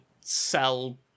sell